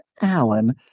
Alan